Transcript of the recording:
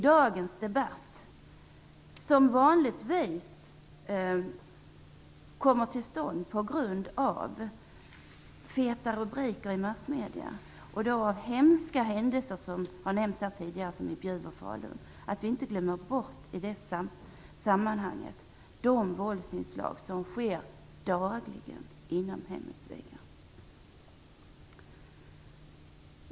Dagens debatt har sin upprinnelse i feta rubriker i massmedierna om hemska händelser, såsom händelserna i Bjuv och Falun som har nämnts här tidigare. I det sammanhanget är det viktigt att vi inte glömmer bort de våldsinslag som äger rum dagligen inom hemmets väggar.